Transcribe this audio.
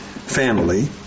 Family